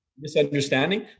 misunderstanding